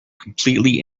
completely